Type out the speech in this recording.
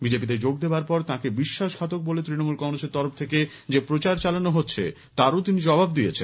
BJP তে যোগ দেবার পর তাঁকে বিশ্বাসঘাতক বলে ত্রণমূল কংগ্রেসের তরফ থেকে যে প্রচার চালানো হচ্ছে তারও তিনি জবাব দিয়েছেন